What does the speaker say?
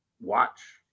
watch